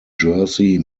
jersey